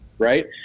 right